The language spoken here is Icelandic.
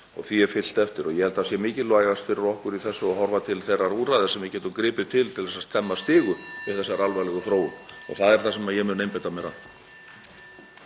og því er fylgt eftir. Ég held að það sé mikilvægast fyrir okkur í þessu að horfa til þeirra úrræða sem við getum gripið til til þess að stemma stigu við þessari alvarlegu þróun og það er það sem ég mun einbeita mér að.